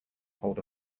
hold